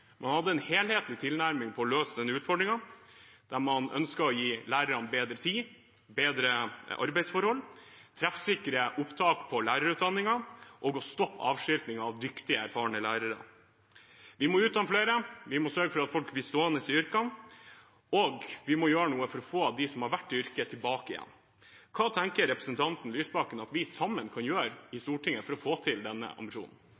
Man hadde en helhetlig tilnærming til å løse denne utfordringen, der man ønsket å gi lærerne bedre tid og bedre arbeidsforhold, treffsikre opptakskrav på lærerutdanningen, og å stoppe avskiltingen av dyktige, erfarne lærere. Vi må utdanne flere, vi må sørge for at folk blir stående i yrkene, og vi må gjøre noe for å få dem som har vært i yrket, tilbake igjen. Hva tenker representanten Lysbakken at vi sammen kan gjøre i